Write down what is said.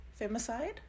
femicide